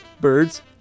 birds